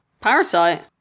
Parasite